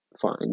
fine